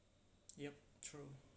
yup true